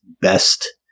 best